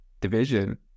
division